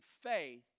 faith